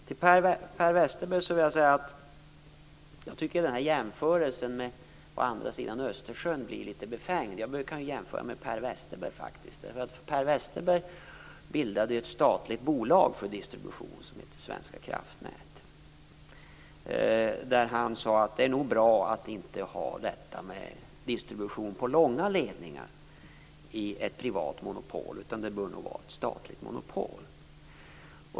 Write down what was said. Till Per Westerberg vill jag säga att jag tycker att den här jämförelsen med andra sidan Östersjön blir litet befängd. Jag kan faktiskt jämföra med Per Westerberg. Per Westerberg bildade ju ett statligt bolag för distribution som hette Svenska Kraftnät. Han sade: Det är nog bra att inte ha detta med distribution på långa ledningar i ett privat monopol. Det bör nog vara ett statligt monopol.